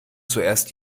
zuerst